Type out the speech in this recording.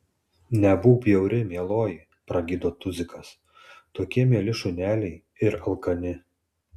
nebūk bjauri mieloji pragydo tuzikas tokie mieli šuneliai ir alkani